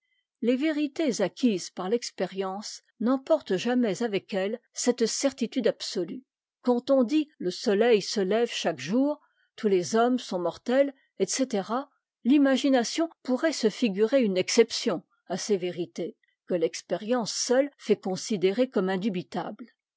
les vérités acquises par l'expérience n'emportent jamais avec elles cette certitude absolue quand on dit le soleil se lève caa me omr tous les hommes mh m o e etc l'imagination pourrait se figurer une exception à ces vérités que l'expérience seule fait considérer comme indubitables